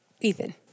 Ethan